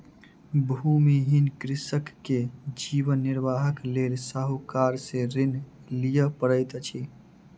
भूमिहीन कृषक के जीवन निर्वाहक लेल साहूकार से ऋण लिअ पड़ैत अछि